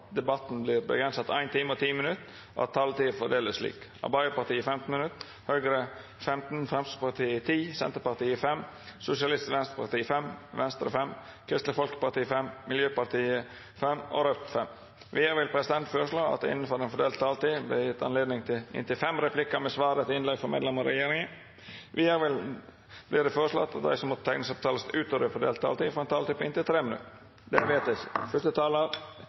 debatten vert avgrensa til 1 time og 10 minutt, og at taletida vert fordelt slik: Arbeidarpartiet 15 minutt, Høgre 15 minutt, Framstegspartiet 10 minutt, Senterpartiet 5 minutt, Sosialistisk Venstreparti 5 minutt, Venstre 5 minutt, Kristeleg Folkeparti 5 minutt, Miljøpartiet Dei Grøne 5 minutt og Raudt 5 minutt. Vidare vil presidenten føreslå at det – innanfor den fordelte taletida – vert gjeve anledning til inntil fem replikkar med svar etter innlegg frå medlemer av regjeringa. Vidare vert det føreslått at dei som måtte teikna seg på talarlista utover den fordelte taletida, får ei taletid på inntil 3 minutt. – Det